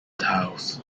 tiles